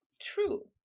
true